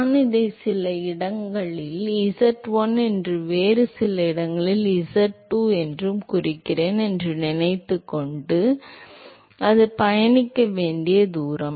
நான் இதை சில இடங்கள் z1 என்றும் வேறு சில இடங்கள் z2 என்றும் குறிக்கிறேன் என்று நினைத்துக்கொண்டு அது பயணிக்க வேண்டிய தூரம்